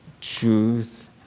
truth